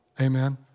Amen